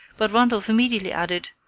but randolph immediately added,